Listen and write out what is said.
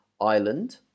island